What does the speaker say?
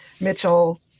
Mitchell